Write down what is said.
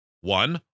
One